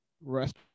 Rest